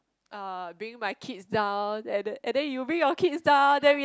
uh bringing my kids down and then and then you bring your kids down then we